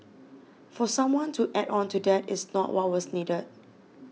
for someone to add on to that is not what was needed